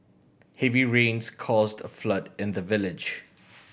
heavy rains caused a flood in the village